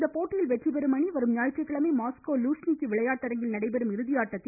இந்த போட்டியில் வெற்றிபெறும் அணி வரும் ஞாயிற்றுக்கிழமை மாஸ்கோ லூஷ்னிக்கி விளையாட்டரங்கில் நடைபெறும் இறுதி ஆட்டத்தில்